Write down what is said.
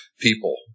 people